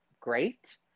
great